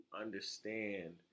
understand